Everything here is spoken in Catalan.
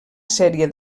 sèrie